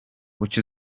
which